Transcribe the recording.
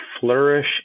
flourish